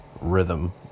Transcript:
rhythm